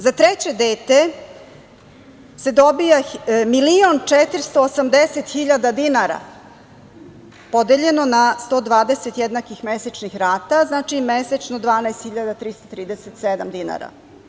Za treće dete se dobija 1.480.000 dinara, podeljeno na 121 mesečnih rata, znači mesečno 12.337 dinara.